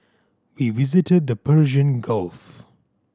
we visited the Persian Gulf